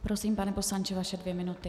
Prosím, pane poslanče, vaše dvě minuty.